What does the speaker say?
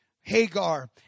Hagar